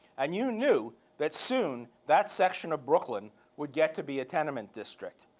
and you knew that soon, that section of brooklyn would get to be a tenement district.